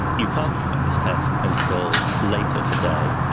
you can't conduct this test until later today,